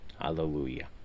hallelujah